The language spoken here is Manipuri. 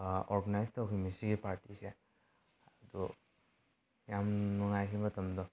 ꯑꯣꯔꯒꯥꯅꯥꯏꯁ ꯇꯧꯈꯤꯃꯤ ꯁꯤꯒꯤ ꯄꯥꯔꯇꯤꯁꯦ ꯑꯗꯣ ꯌꯥꯝ ꯅꯨꯡꯉꯥꯏꯈꯤ ꯃꯇꯝꯗꯣ